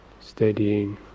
steadying